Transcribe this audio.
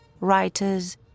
writers